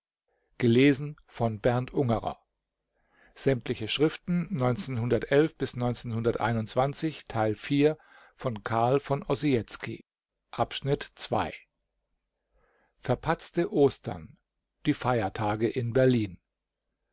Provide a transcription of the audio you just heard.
verpatzte ostern die feiertage in berlin